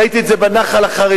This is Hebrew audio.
ראיתי את זה בנח"ל החרדי,